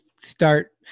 start